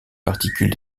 particules